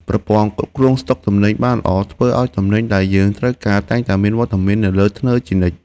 ប្រព័ន្ធគ្រប់គ្រងស្តុកទំនិញបានល្អធ្វើឱ្យទំនិញដែលយើងត្រូវការតែងតែមានវត្តមាននៅលើធ្នើរជានិច្ចកាល។